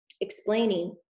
explaining